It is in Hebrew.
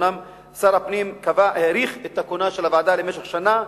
אומנם שר הפנים האריך את הכהונה של הוועדה למשך שנה.